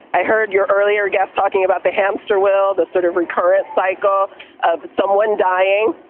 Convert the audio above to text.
i heard your earlier guests talking about the hamster wheel, the sort of recurrent cycle of someone dying,